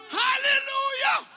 hallelujah